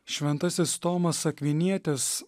šventasis tomas akvinietis